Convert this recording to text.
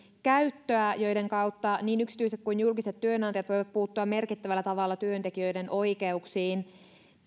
käyttöä joiden kautta niin yksityiset kuin julkiset työnantajat voivat puuttua merkittävällä tavalla työntekijöiden oikeuksiin